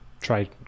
try